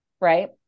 right